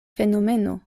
fenomeno